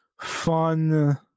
fun